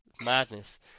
Madness